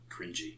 cringy